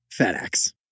FedEx